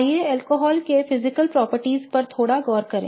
आइए अल्कोहल के भौतिक गुणों पर थोड़ा गौर करें